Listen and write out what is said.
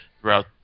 throughout